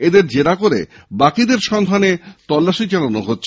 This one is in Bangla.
এদের জেরা করে বাকীদের সন্ধানে তল্লাশি চালান হচ্ছে